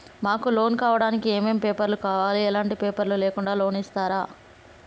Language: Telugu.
మాకు లోన్ కావడానికి ఏమేం పేపర్లు కావాలి ఎలాంటి పేపర్లు లేకుండా లోన్ ఇస్తరా?